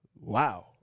wow